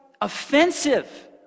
offensive